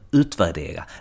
utvärdera